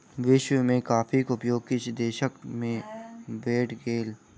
विश्व में कॉफ़ीक उपयोग किछ दशक में बैढ़ गेल